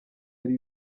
yari